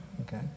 okay